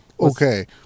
okay